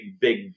big